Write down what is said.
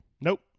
Nope